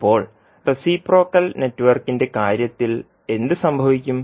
ഇപ്പോൾ റെസിപ്രോക്കൽ നെറ്റ്വർക്കിന്റെ കാര്യത്തിൽ എന്ത് സംഭവിക്കും